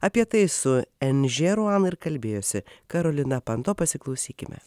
apie tai su nžė ruan ir kalbėjosi karolina panto pasiklausykime